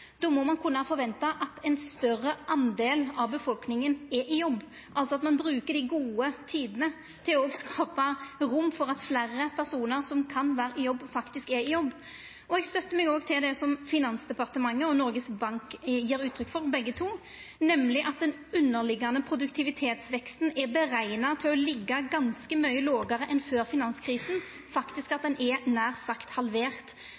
Då må ein kunna forventa at ein større del av befolkninga er i jobb, altså at ein bruker dei gode tidene til å skapa rom for at fleire personar som kan vera i jobb, faktisk er i jobb. Eg støttar meg òg til det Finansdepartementet og Noregs Bank gjev uttrykk for begge to, nemleg at den underliggjande produktivitetsveksten er berekna til å liggja ganske mykje lågare enn før finanskrisa, at han faktisk er nær sagt halvert.